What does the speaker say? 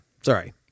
sorry